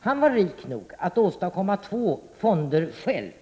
Han var rik nog att åstadkomma två fonder själv.